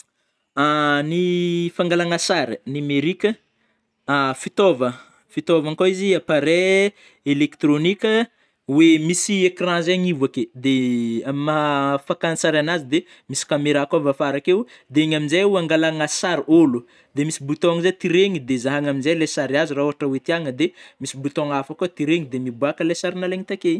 Ny fangalagna sary, numerika fitaova-fitaovagna koa izy appareil elektronika hoe misy écran zay agnivo ake de amy maha fakantsary anazy de misy caméra koa avy afara akeo, de igny amnjay o angalagna sary ôlo, de misy bouton amzay tiregny de zany amzai le sary azo rah ôhatra oe tiagna de misy bouton hafa koa tiregny de miboaka le sary nalaigny take.